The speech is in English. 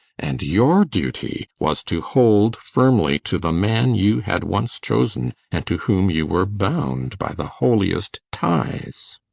and your duty was to hold firmly to the man you had once chosen, and to whom you were bound by the holiest ties.